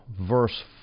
verse